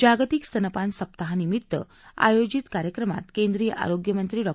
जागतिक स्तनपान सप्ताहा निमित्त आयोजित कार्यक्रमात केंद्रीय आरोग्यमंत्री डॉ